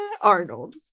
Arnold